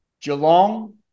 Geelong